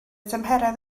tymheredd